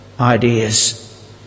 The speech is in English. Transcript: Ideas